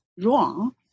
wrong